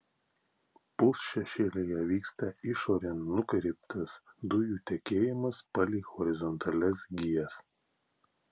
pusšešėlyje vyksta išorėn nukreiptas dujų tekėjimas palei horizontalias gijas